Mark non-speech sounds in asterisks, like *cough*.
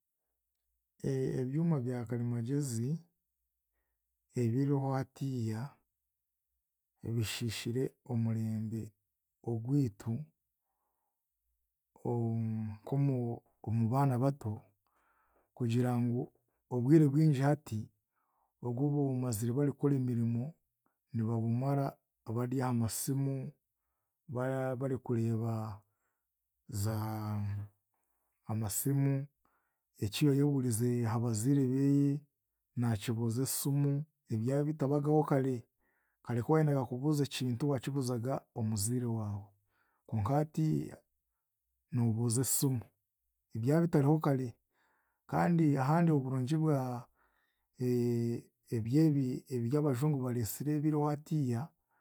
E- Ebyoma byakarimagyezi ebiriho hatiiya, bishiishire omurembe ogwitu, omu nkomu nk'omubaana bato kugira ngu obwire bwingi hati obwoboomazire barikukora emirimo, nibabumara barya aha masimu, bar- barikureeba za amasimu, eki yooyebuurize ha baziire beeye naakibuuza esimu, ebyabitabagaho kare, kare kuwaayendaga kubuuza ekintu waakibuuzaga omuziire waawe, konka hati, noobuuza esimu, ebyabitariho kare kandi ahandi oburungi bwa *hesitation* ebyebi eby'abajungu baresire ebiriho hatiiya